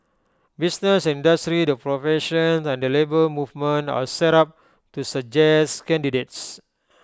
business and industry the professions and the Labour Movement are set up to suggest candidates